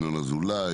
ינון אזולאי,